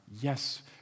Yes